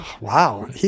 Wow